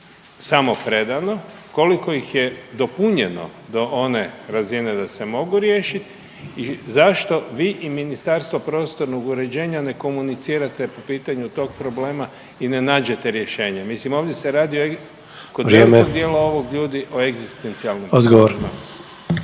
samo predano, koliko ih je dopunjeno do one razine da se mogu riješiti i zašto vi i Ministarstvo prostornog uređenja ne komunicirate po pitanju tog problema i ne nađete rješenje. Mislim ovdje se radi o …/Upadica: